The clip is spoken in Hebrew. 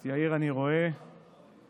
את יאיר אני רואה ואת רם.